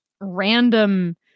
random